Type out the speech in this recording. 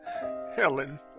Helen